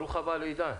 ברוך הבא עידן.